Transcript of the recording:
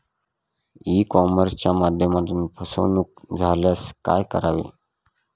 E कॉमर्सच्या माध्यमातून फसवणूक झाल्यास काय करावे?